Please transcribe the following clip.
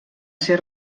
ser